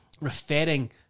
referring